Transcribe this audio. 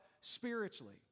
spiritually